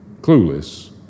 clueless